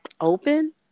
open